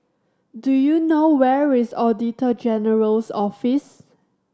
do you know where is Auditor General's Office